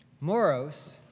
Moros